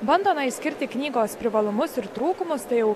bando na išskirti knygos privalumus ir trūkumus tai jau